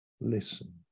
listen